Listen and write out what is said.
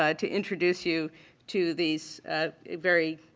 ah to introduce you to these very